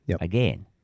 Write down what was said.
again